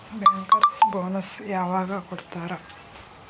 Bankers bonus ಯವಾಗ್ ಕೊಡ್ತಾರ?